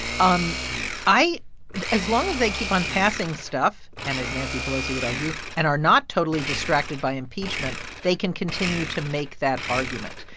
um i as long as they keep on passing stuff and, as nancy pelosi would argue, and are not totally distracted by impeachment, they can continue to make that argument.